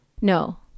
No